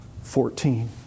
fourteen